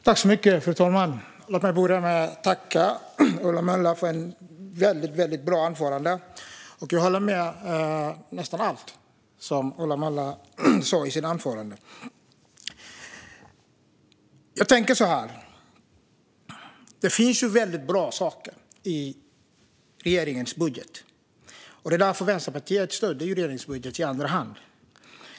Fru talman! Låt mig börja med att tacka Ola Möller för ett väldigt bra anförande. Jag håller med om nästan allt som Ola Möller sa. Det finns väldigt bra saker i regeringens budget. Det är därför Vänsterpartiet stöder regeringens budget i andra hand.